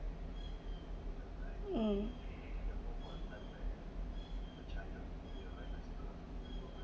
um